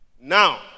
now